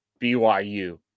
BYU